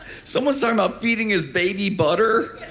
someone's talking about feeding his baby butter,